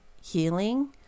healing